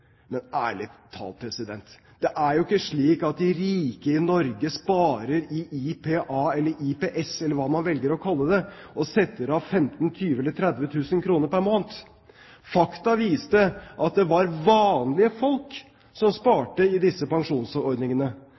Men ærlig talt, det er jo ikke slik at de rike i Norge sparer i IPA eller IPS, eller hva man velger å kalle det, og setter av 15 000, 20 000 eller 30 000 kr pr. måned. Fakta viste at det var vanlige folk som sparte i disse pensjonsordningene,